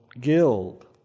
guild